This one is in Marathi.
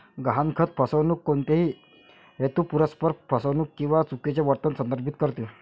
गहाणखत फसवणूक कोणत्याही हेतुपुरस्सर फसवणूक किंवा चुकीचे वर्णन संदर्भित करते